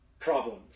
problems